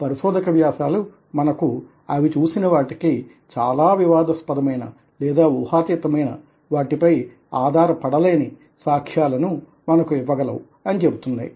పరిశోధక వ్యాసాలు మనకు అవి చూసిన వాటికి చాలా వివాదస్పదమైన లేదా ఊహాతీతమైన వాటిపై ఆధారపడ లేని సాక్ష్యాలను మనకు ఇవ్వగలవు అని చెబుతున్నాయి